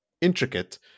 intricate